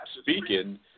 speaking